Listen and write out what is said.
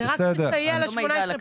זה רק מסייע ל-+18.